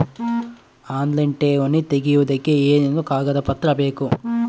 Online ಠೇವಣಿ ತೆಗಿಯೋದಕ್ಕೆ ಏನೇನು ಕಾಗದಪತ್ರ ಬೇಕು?